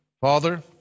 Father